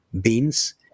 beans